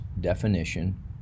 definition